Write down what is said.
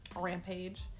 rampage